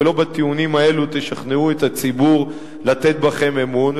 ולא בטיעונים האלו תשכנעו את הציבור לתת בכם אמון.